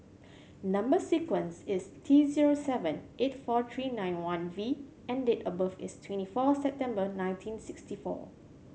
number sequence is T zero seven eight four three nine one V and date of birth is twenty four September nineteen sixty four